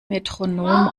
metronom